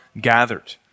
gathered